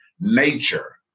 nature